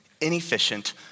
inefficient